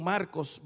Marcos